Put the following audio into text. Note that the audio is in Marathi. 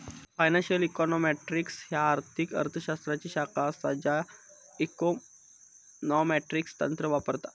फायनान्शियल इकॉनॉमेट्रिक्स ह्या आर्थिक अर्थ शास्त्राची शाखा असा ज्या इकॉनॉमेट्रिक तंत्र वापरता